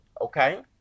Okay